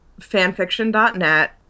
fanfiction.net